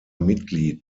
mitglied